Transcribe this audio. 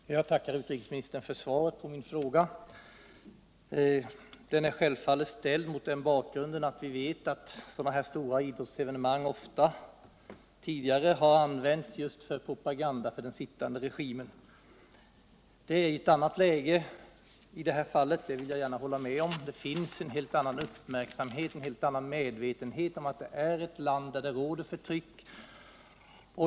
Herr talman! Jag tackar utrikesministern för svaret på min fråga. Den är självfallet ställd mot den bakgrunden att vi vet att ett sådant här stort idrottsevenemang tidigare använts just för propaganda för den sittande regimen i landet. Det är ett annat läge i det här fallet — jag vill gärna hålla med om det. Det finns en helt annan uppmärksamhet och medvetenhet om att Argentina är ett land där det råder förtryck.